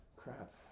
Crap